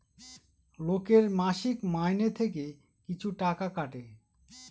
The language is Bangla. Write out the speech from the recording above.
লোকের মাসিক মাইনে থেকে কিছু টাকা কাটে